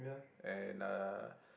and uh